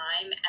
time